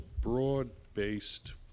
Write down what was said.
broad-based